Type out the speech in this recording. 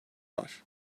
var